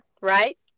right